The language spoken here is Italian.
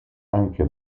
anche